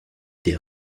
des